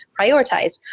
prioritized